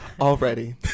already